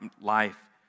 life